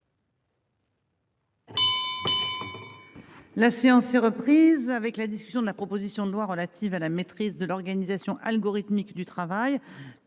La séance est reprise avec l'dit. Ils on de la proposition de loi relative à la maîtrise de l'organisation algorithmique du travail.